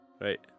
Right